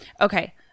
Okay